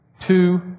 two